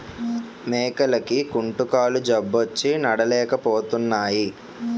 మేకలకి కుంటుకాలు జబ్బొచ్చి నడలేపోతున్నాయి